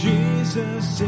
Jesus